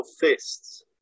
fists